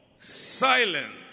silence